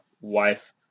wife